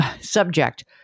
Subject